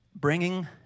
Bringing